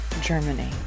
Germany